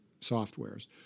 softwares